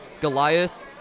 Goliath